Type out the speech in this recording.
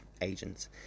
agents